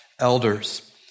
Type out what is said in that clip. elders